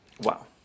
Wow